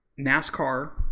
NASCAR